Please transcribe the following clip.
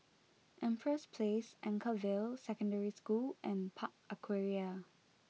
Empress Place Anchorvale Secondary School and Park Aquaria